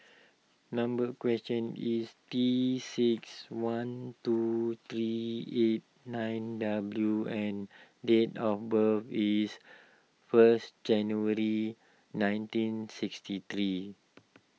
number question is T six four one two three eight nine W and date of birth is first January nineteen sixty three